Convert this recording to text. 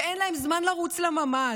ואין להם זמן לרוץ לממ"ד,